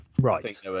right